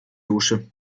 dusche